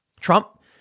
Trump